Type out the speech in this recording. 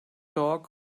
dog